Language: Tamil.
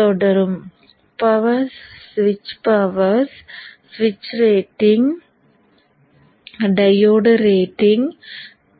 தொடரும் பவர்ஸ் ஸ்விட்ச் பவர்ஸ் ஸ்விட்ச் ரேட்டிங் டையோடு ரேட்டிங்